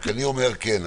אני אומר: כן,